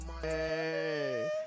Hey